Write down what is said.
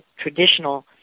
traditional